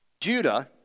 Judah